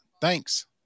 Thanks